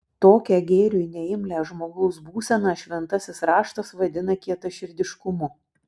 tokią gėriui neimlią žmogaus būseną šventasis raštas vadina kietaširdiškumu